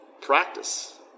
practice